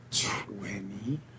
twenty